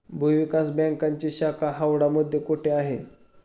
भूविकास बँकेची शाखा हावडा मध्ये कोठे आहे?